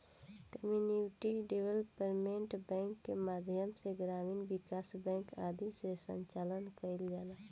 community development bank के माध्यम से ग्रामीण विकास बैंक आदि के संचालन कईल जाला